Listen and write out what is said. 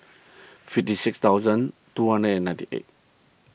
fifty six thousand two hundred and ninety eight